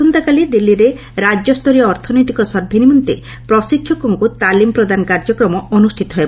ଆସନ୍ତାକାଲି ଦିଲ୍ଲୀରେ ରାଜ୍ୟସ୍ତରୀୟ ଅର୍ଥନୈତିକ ସର୍ଭେ ନିମନ୍ତେ ପ୍ରଶିକ୍ଷକଙ୍କ ତାଲିମ୍ ପ୍ରଦାନ କାର୍ଯ୍ୟକ୍ରମ ଅନୁଷ୍ଠିତ ହେବ